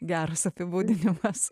geras apibūdinimas